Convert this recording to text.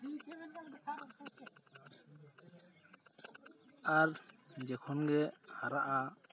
ᱟᱨ ᱡᱚᱠᱷᱚᱱᱜᱮ ᱦᱟᱨᱟᱜᱼᱟ